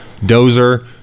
dozer